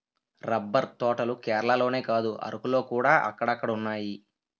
rubber తోటలు కేరళలోనే కాదు అరకులోకూడా అక్కడక్కడున్నాయి